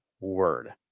word